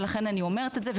ולכן אני אומרת את זה.